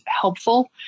helpful